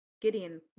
Gideon